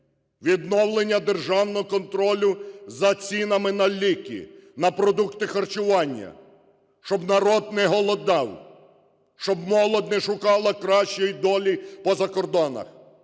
відновлення державного контролю за цінами на ліки, на продукти харчування, щоб народ не голодав, щоб молодь не шукала кращої долі по закордонах,